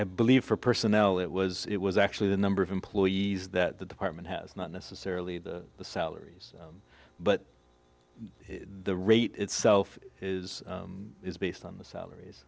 i believe for personnel it was it was actually the number of employees that the department has not necessarily the salaries but the rate itself is based on the salaries